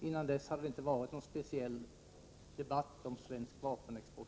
Innan dess hade det inte varit någon speciell debatt i Sverige om svensk vapenexport.